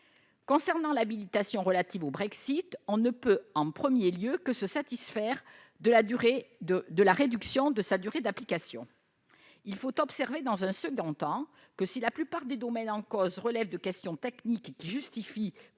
Concernant l'habilitation relative au Brexit, on ne peut, en premier lieu, que se satisfaire de la réduction de sa durée d'application. Il faut observer, dans un second temps, que, si la plupart des domaines en cause relèvent de questions techniques qui justifient,